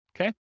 Okay